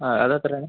ആ അത് എത്രയാണ്